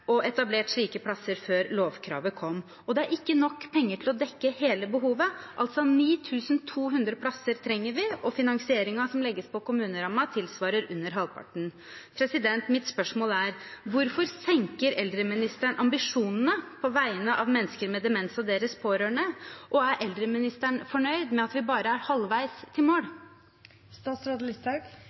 og etablert slike plasser før lovkravet kom. Det er ikke nok penger til å dekke hele behovet – 9 200 plasser trenger vi altså. Finanseringen som legges på kommunerammen, tilsvarer under halvparten. Mitt spørsmål er: Hvorfor senker eldreministeren ambisjonene på vegne av mennesker med demens og deres pårørende, og er eldreministeren fornøyd med at vi bare er halvveis til mål?